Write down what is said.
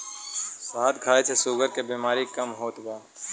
शहद खाए से शुगर के बेमारी कम होत बा